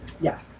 Yes